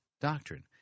doctrine